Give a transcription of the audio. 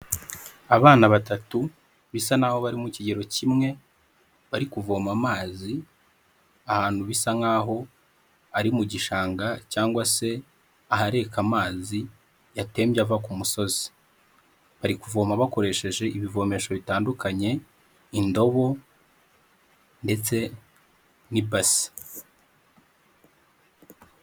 Abana batatu bisa naho bari mu kigero kimwe bari kuvoma amazi ahantu bisa nkaho ari mu gishanga cyangwa se ahareka amazi yatembye ava ku musozi, bari kuvoma bakoresheje ibivomesho bitandukanye, indobo ndetse n'ibase.